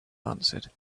answered